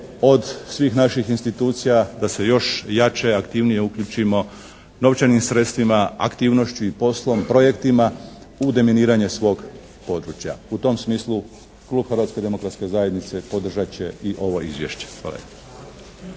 od svih naših institucija da se još jače i aktivnije uključimo novčanim sredstvima, aktivnošću i poslom, projektima u deminiranje svog područja. U tom smislu Klub Hrvatske demokratske zajednice podržat će i ovo izvješće. Hvala